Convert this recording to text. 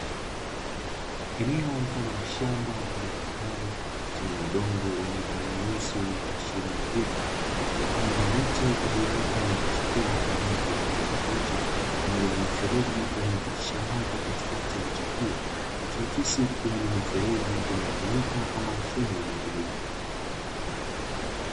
Eneo mfano wa shamba ama kitalu, chenye udongo wenye rangi nyeusi wenye kuashiria rutuba, palipopandwa miche iliyoota na kuchipua kwa rangi ya kijani kibichi, pamoja na mifereji inayopitisha maji katikati ya miche hiyo, ikiakisi kuwa ni mifereji inayotumika kama mfumo wa umwagiliaji.